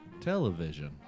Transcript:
Television